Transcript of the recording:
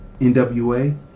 NWA